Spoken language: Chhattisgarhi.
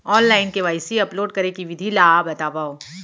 ऑनलाइन के.वाई.सी अपलोड करे के विधि ला बतावव?